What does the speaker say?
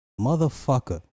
Motherfucker